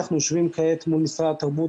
אנחנו יושבים כעת מול משרד התרבות